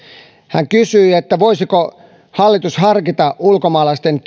hän kysyi voisiko hallitus harkita ulkomaalaisten